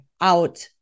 out